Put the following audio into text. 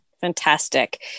fantastic